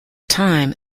time